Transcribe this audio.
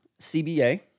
CBA